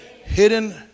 Hidden